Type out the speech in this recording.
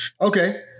Okay